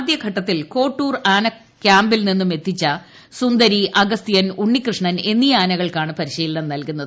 ആദ്യഘട്ടത്തിൽ കോട്ടൂർ ആനക്യാമ്പിൽ നിന്നും എത്തിച്ച സുന്ദരി അഗസ്ത്യൻ ഉണ്ണികൃഷ്ണൻ എന്നീ ആനകൾക്കാണ് പരിശീലനം നൽകുന്നത്